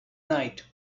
night